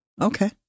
Okay